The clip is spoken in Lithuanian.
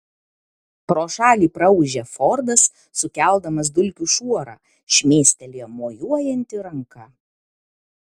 pro šalį praūžė fordas sukeldamas dulkių šuorą šmėstelėjo mojuojanti ranka